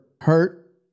Hurt